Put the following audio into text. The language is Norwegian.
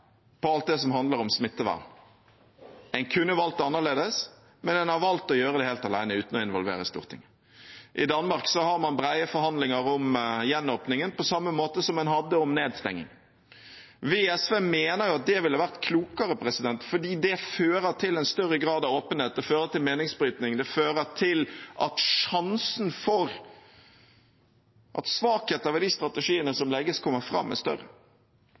alt det som handler om smittevern. En kunne valgt annerledes, men en har valgt å gjøre det helt alene uten å involvere Stortinget. I Danmark har man brede forhandlinger om gjenåpningen på samme måte som en hadde om nedstengningen. Vi i SV mener at det ville vært klokere, fordi det fører til en større grad av åpenhet, det fører til meningsbrytning, det fører til at sjansen er større for at svakheter ved de strategiene som legges, kommer fram.